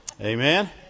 Amen